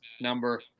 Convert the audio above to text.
number